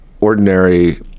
ordinary